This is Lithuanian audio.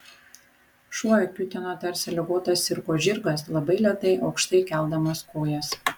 šuo kiūtino tarsi ligotas cirko žirgas labai lėtai aukštai keldamas kojas